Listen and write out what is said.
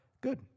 Good